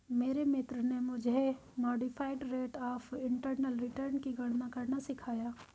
मेरे मित्र ने मुझे modified rate of internal return की गणना करना सिखाया